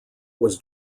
was